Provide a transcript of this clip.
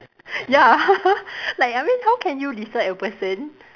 ya like I mean how can you dislike a person